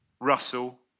Russell